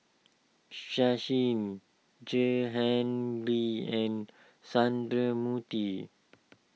Sachin Jehangirr and Sundramoorthy